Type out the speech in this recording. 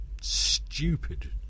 stupid